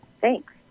Thanks